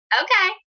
okay